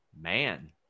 Man